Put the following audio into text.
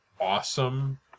awesome